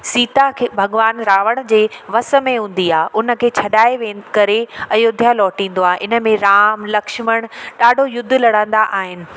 सीता खे भॻवान रावण जे वस में हूंदी आहे उन खे छॾाए वेन करे अयोध्या लोटींदो आहे इन में राम लक्ष्मण ॾाढो युद्ध लड़ंदा आहिनि